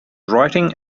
writing